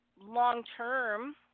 long-term